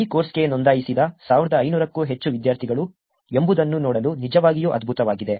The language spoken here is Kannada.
ಈ ಕೋರ್ಸ್ಗೆ ನೋಂದಾಯಿಸಿದ 1500 ಕ್ಕೂ ಹೆಚ್ಚು ವಿದ್ಯಾರ್ಥಿಗಳು ಎಂಬುದನ್ನು ನೋಡಲು ನಿಜವಾಗಿಯೂ ಅದ್ಭುತವಾಗಿದೆ